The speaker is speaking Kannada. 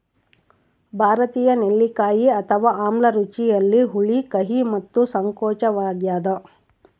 ಭಾರತೀಯ ನೆಲ್ಲಿಕಾಯಿ ಅಥವಾ ಆಮ್ಲ ರುಚಿಯಲ್ಲಿ ಹುಳಿ ಕಹಿ ಮತ್ತು ಸಂಕೋಚವಾಗ್ಯದ